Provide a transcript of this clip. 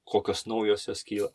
kokios naujos jos kyla